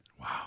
Wow